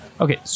Okay